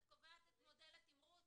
את קובעת את מודל התימרוץ,